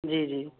جی جی